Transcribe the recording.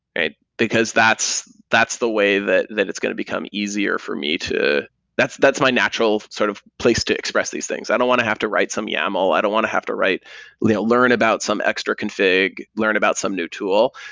and because that's that's the way that that it's going to become easier for me to that's that's my natural sort of place to express these things. i don't want to have to write some yaml. i don't want to have to learn about some extra config, learn about some new tool.